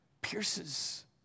pierces